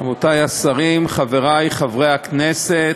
רבותי השרים, חברי חברי הכנסת,